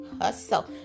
Hustle